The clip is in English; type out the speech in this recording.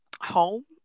home